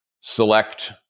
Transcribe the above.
select